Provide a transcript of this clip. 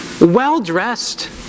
well-dressed